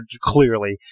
clearly